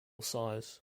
size